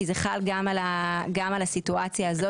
כי זה חל גם על הסיטואציה הזאת.